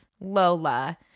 Lola